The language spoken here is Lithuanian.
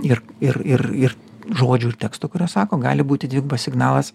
ir ir ir ir žodžių ir tekstų kuriuos sako gali būti dvigubas signalas